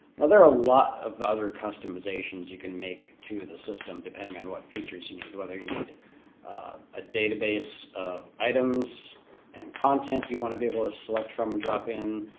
now there are a lot of other customizations you can make to the system depending on what features you need. whether you need a database of items and content you want to be able to select from and drop in.